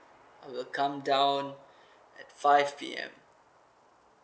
I will come down at five P_M